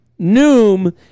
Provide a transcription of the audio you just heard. Noom